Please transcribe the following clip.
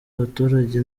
abaturage